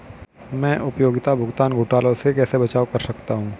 मैं उपयोगिता भुगतान घोटालों से कैसे बचाव कर सकता हूँ?